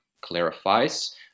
clarifies